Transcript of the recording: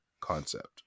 concept